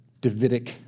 Davidic